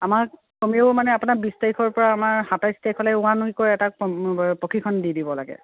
আমাক কমেও মানে আপোনাৰ বিছ তাৰিখৰ পৰা আমাৰ সাতাইছ তাৰিখলৈ ওৱান উইকৰ এটা কম প্ৰশিক্ষণ দি দিব লাগে